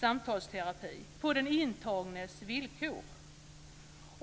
samtalsterapi på den intagnes villkor.